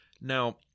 now